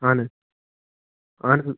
اَہَن حظ اَہَن حظ